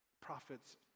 prophets